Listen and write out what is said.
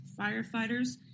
firefighters